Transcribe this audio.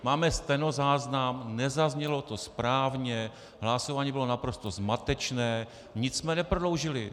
Máme stenozáznam, nezaznělo to správně, hlasování bylo naprosto zmatečné, nic jsme neprodloužili.